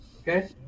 okay